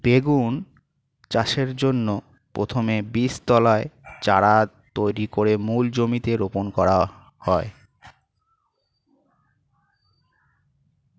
বেগুন চাষের জন্য প্রথমে বীজতলায় চারা তৈরি করে মূল জমিতে রোপণ করতে হয়